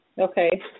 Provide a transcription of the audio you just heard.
Okay